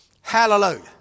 Hallelujah